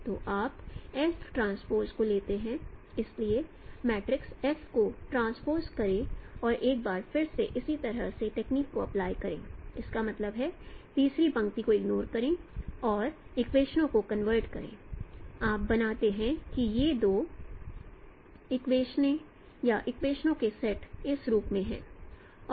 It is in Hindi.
तो आप FT को लेते हैं इसलिए मैट्रिक्स F को ट्रांसपोज़ करें और एक बार फिर से इसी तरह की टेक्निक को अप्लाई करें इसका मतलब है तीसरी पंक्ति को इग्नोर करें और इक्वेशनो को कन्वर्ट करें आप बनाते हैं कि ये दो इक्वेशनो या इक्वेशनो के सेट इस रूप में हैं